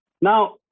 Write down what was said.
Now